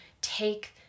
take